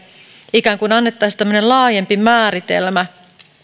ikään kuin annettaisiin laajempi määritelmä